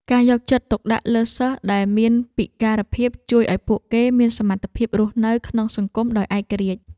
ការយកចិត្តទុកដាក់លើសិស្សដែលមានពិការភាពជួយឱ្យពួកគេមានសមត្ថភាពរស់នៅក្នុងសង្គមដោយឯករាជ្យ។